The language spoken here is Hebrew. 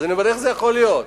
אז איך זה יכול להיות?